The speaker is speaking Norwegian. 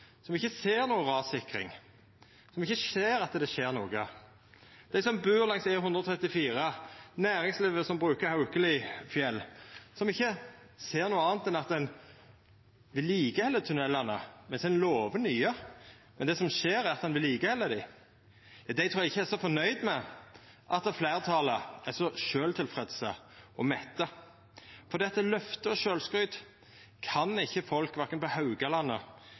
som ikkje ser noka rassikring, som ikkje ser at det skjer noko, og dei som bur langs E134, næringslivet som bruker Haukelifjell, som ikkje ser noko anna enn at ein held ved like tunellane mens ein lover nye – men det som skjer, er at ein held dei ved like – ikkje er så fornøgde med at fleirtalet er så sjølvtilfredse og mette. For løfte og sjølvskryt kan ikkje folk verken på Haugalandet eller